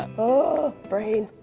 oh. brain.